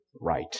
right